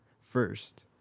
first